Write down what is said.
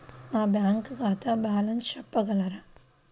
నా బ్యాంక్ ఖాతా బ్యాలెన్స్ చెప్పగలరా?